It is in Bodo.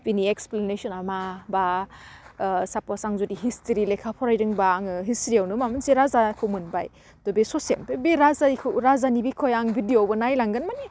बेनि एक्सप्लेनेसना मा बा ओह साफस आं हिस्टरि लेखा फरायदों बा आङो हिस्तरिआवनो माबा मोनसे राजाखौ मोनबाय दा बे ससे बे राजायखौ राजानि बेखय आं बिदिअ नायलांगोन माने